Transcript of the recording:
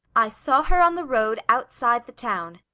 i saw her on the road, outside the town.